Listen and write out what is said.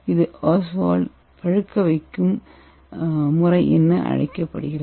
இது ஓஸ்வால்ட் பழுக்க வைக்கும் முறை என்று அழைக்கப்படுகிறது